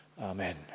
amen